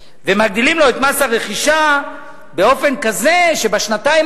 ומגדילים לו את מס הרכישה באופן כזה שבשנתיים